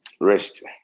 rest